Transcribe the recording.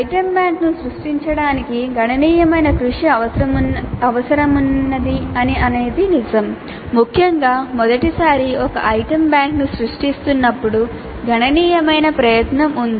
item బ్యాంక్ను సృష్టించడానికి గణనీయమైన కృషి అవసరమన్నది నిజం ముఖ్యంగా మొదటిసారి ఒక ఐటెమ్ బ్యాంక్ను సృష్టిస్తున్నప్పుడు గణనీయమైన ప్రయత్నం ఉంది